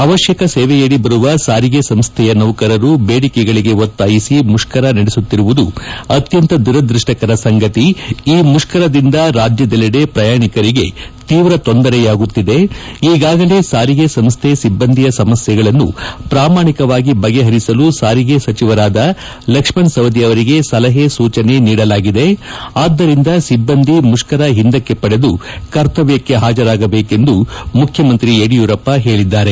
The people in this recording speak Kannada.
ಅವಶ್ಯಕ ಸೇವೆಯಡಿ ಬರುವ ಸಾರಿಗೆ ಸಂಸ್ಥೆಯ ನೌಕರರು ಬೇಡಿಕೆಗಳಿಗೆ ಒತ್ತಾಯಿಸಿ ಮುಷ್ಕರ ನಡೆಸುತ್ತಿರುವುದು ಅತ್ಯಂತ ದುರದೃಷ್ಷಕರ ಸಂಗತಿ ಈ ಮುಷ್ಕರದಿಂದ ರಾಜ್ಯದೆಲ್ಲೆಡೆ ಪ್ರಯಾಣಿಕರಿಗೆ ತೀವ್ರ ತೊಂದರೆಯಾಗುತ್ತಿದೆ ಈಗಾಗಲೇ ಸಾರಿಗೆ ಸಂಸ್ಥೆ ಸಿಬ್ಬಂದಿಯ ಸಮಸ್ಥೆಗಳನ್ನು ಪ್ರಾಮಾಣಿಕವಾಗಿ ಬಗೆಹರಿಸಲು ಸಾರಿಗೆ ಸಚಿವರಾದ ಲಕ್ಷ್ಮಣ ಸವದಿ ಅವರಿಗೆ ಸಲಹೆ ಸೂಚನೆ ನೀಡಲಾಗಿದೆ ಆದ್ದರಿಂದ ಸಿಬ್ಬಂದಿ ಮುಷ್ಕರ ಹಿಂದಕ್ಕೆ ಪಡೆದು ಕರ್ತವ್ಯಕ್ಷೆ ಹಾಜರಾಗಬೇಕೆಂದು ಮುಖ್ಯಮಂತ್ರಿ ಯಡಿಯೂರಪ್ಪ ಹೇಳದ್ದಾರೆ